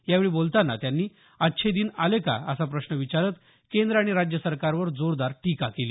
यावेळी बोलताना त्यांनी अच्छे दिन आले का असा प्रश्न विचारत केंद्र आणि राज्य सरकारवर जोरदार टीका केली